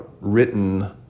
written